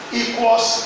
equals